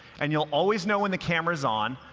and you'll always know when the camera is on,